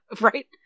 Right